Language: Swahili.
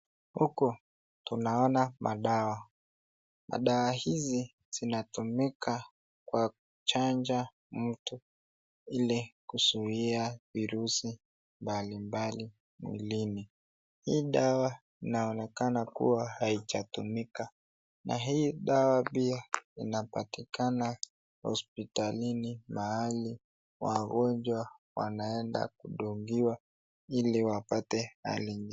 Huku tunaona madawa. Madawa hizi zinatumika kwa kuchanja mtu, ili kuzuia virusi mbalimbali mwilini. Hii dawa inaonekana kuwa haijatumika, na hii dawa pia inapatikana hospitalini mahali wagonjwa wanaenda kundugiwa ili wapate hali njema.